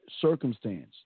Circumstance